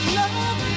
love